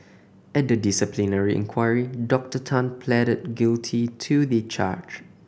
at the disciplinary inquiry Doctor Tan pleaded guilty to the charge